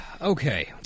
okay